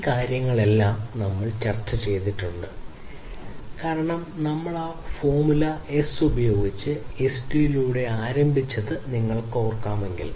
ഈ കാര്യങ്ങളെല്ലാം നമ്മൾ ചർച്ചചെയ്തിട്ടുണ്ട് കാരണം നമ്മൾ ആ ഫോർമുല എസ് ഉപയോഗിച്ച് എസ്ഡിയിലൂടെ ആരംഭിച്ചുവെന്ന് നിങ്ങൾ ഓർക്കുന്നുവെങ്കിൽ